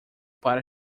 para